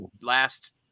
last